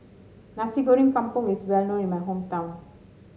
Nasi Goreng Kampung is well known in my hometown